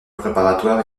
préparatoire